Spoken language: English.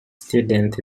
student